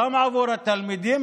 גם עבור התלמידים,